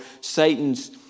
Satan's